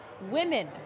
Women